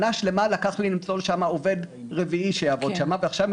שנה שלמה לקח לי למצוא שם עובד רביעי שיעבוד שם ועכשיו הם